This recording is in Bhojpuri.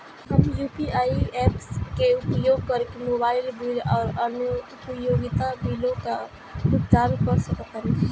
हम यू.पी.आई ऐप्स के उपयोग करके मोबाइल बिल आउर अन्य उपयोगिता बिलों का भुगतान कर सकतानी